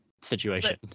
situation